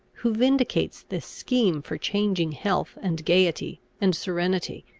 who vindicates this scheme for changing health and gaiety and serenity,